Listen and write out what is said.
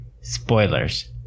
spoilers